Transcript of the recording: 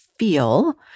Feel